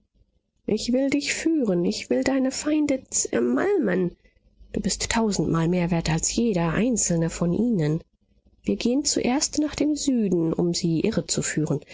ich will dich führen ich will deine feinde zermalmen du bist tausendmal mehr wert als jeder einzelne von ihnen wir gehen zuerst nach dem süden um sie irrezuführen